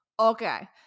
Okay